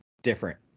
different